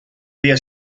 pie